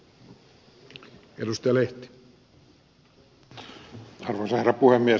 arvoisa herra puhemies